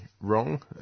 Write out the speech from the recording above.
wrong